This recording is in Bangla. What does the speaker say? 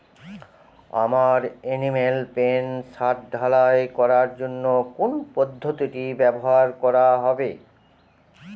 আমার এনিম্যাল পেন ছাদ ঢালাই করার জন্য কোন পদ্ধতিটি ব্যবহার করা হবে?